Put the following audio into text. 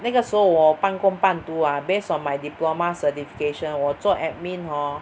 那个时候我半工半读 ah based on my diploma certification 我做 admin hor